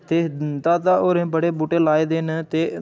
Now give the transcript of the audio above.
ते दादा होरें बड़े बूह्टे लाए दे न ते